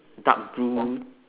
dark blue